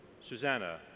Susanna